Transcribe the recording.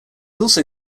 also